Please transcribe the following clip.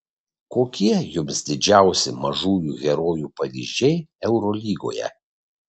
kokie jums didžiausi mažųjų herojų pavyzdžiai eurolygoje